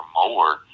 more